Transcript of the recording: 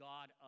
God